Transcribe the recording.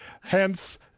Hence